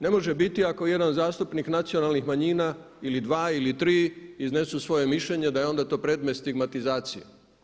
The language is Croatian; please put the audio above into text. Ne može biti ako jedan zastupnik nacionalnih manjina ili dva ili tri iznesu svoje mišljenje da je onda to predmet stigmatizacije.